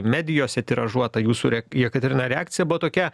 medijose tiražuota jūsų rek jekaterina reakcija buvo tokia